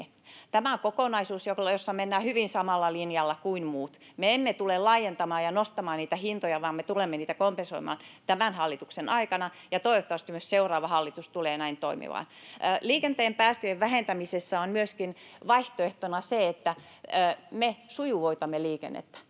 Tämä on kokonaisuus, jossa mennään hyvin samalla linjalla kuin muut. Me emme tule laajentamaan ja nostamaan niitä hintoja, vaan me tulemme niitä kompensoimaan tämän hallituksen aikana, ja toivottavasti myös seuraava hallitus tulee näin toimimaan. Liikenteen päästöjen vähentämisessä on myöskin vaihtoehtona se, että me sujuvoitamme liikennettä.